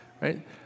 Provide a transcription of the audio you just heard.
right